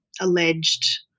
alleged